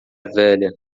velha